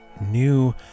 new